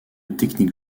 techniques